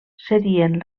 serien